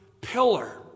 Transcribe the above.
pillar